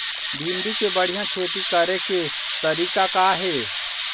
भिंडी के बढ़िया खेती करे के तरीका का हे?